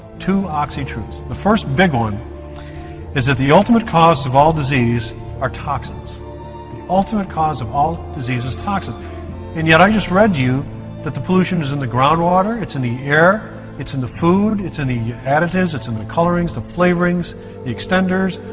two oxy truths, the first big one is that the ultimate cause of all diseases are toxins the ultimate cause of all diseases are toxins and yet i just read you that the pollution is in the groundwater it's in the air, it's in the food, it's in the additives it's in the colorings the flavorings the extenders,